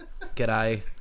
g'day